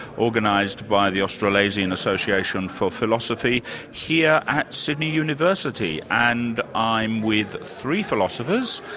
organised by the australasian association for philosophy here at sydney university. and i'm with three philosophers,